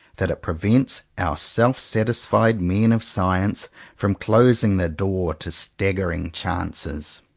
that it prevents our self satisfied men of science from closing the door to staggering chances.